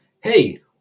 Hey